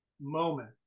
moment